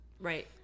Right